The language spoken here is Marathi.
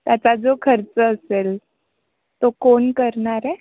त्याचा जो खर्च असेल तो कोण करणार आहे